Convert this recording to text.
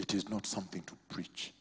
it is not something to preach